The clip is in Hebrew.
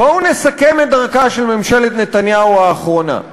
בואו נסכם את דרכה של ממשלת נתניהו האחרונה.